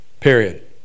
period